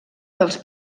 dels